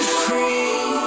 free